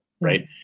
right